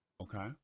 Okay